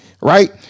right